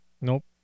Nope